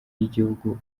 y’igihugu